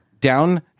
down